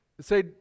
say